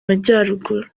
majyaruguru